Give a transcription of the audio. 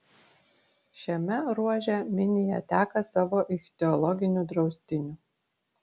šiame ruože minija teka savo ichtiologiniu draustiniu